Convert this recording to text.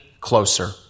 closer